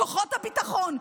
כוחות הביטחון,